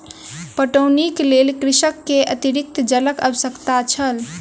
पटौनीक लेल कृषक के अतरिक्त जलक आवश्यकता छल